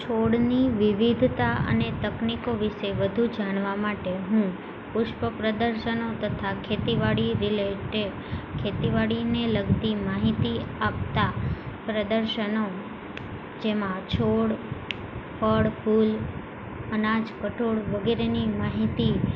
છોડની વિવિધતા અને તકનિકો વિષે વધુ જાણવા માટે હું પુષ્પ પ્રદર્શનો તથા ખેતીવાડી રિલેટેડ ખેતીવાડીને લગતી માહિતી આપતા પ્રદર્શનો જેમાં છોડ ફળ ફૂલ અનાજ કઠોળ વગેરેની માહિતી